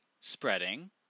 spreading